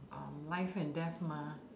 uh life and death mah